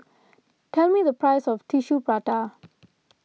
tell me the price of Tissue Prata